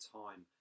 time